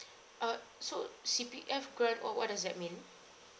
uh so C_P_F grant oh what does that mean